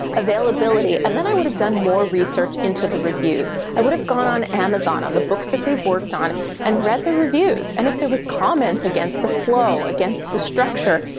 availability and then i would have done more research into the reviews. i would have gone on amazon on the books that they've worked on and read the reviews and if there was comments against the flow, against the structure,